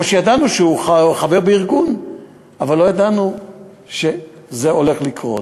או שידענו שהוא חבר בארגון אבל לא ידענו שזה הולך לקרות.